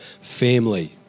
family